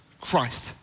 Christ